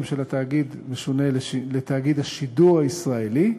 התאגיד ישונה ל"תאגיד השידור הישראלי"